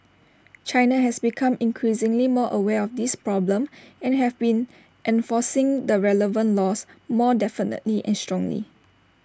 China has become increasingly more aware of this problem and have been enforcing the relevant laws more definitely and strongly